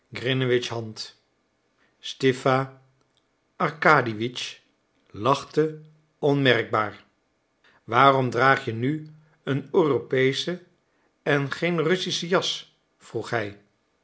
hand stipa arkadiewitsch lachte onmerkbaar waarom draag je nu een europeeschen en geen russischen jas vroeg hij